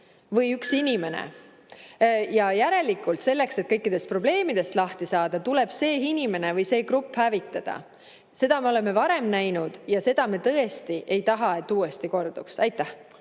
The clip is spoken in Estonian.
või inimene, ja järelikult selleks, et kõikidest probleemidest lahti saada, tuleb see inimene või grupp hävitada. Seda me oleme varem näinud ja me tõesti ei taha, et see korduks. Nüüd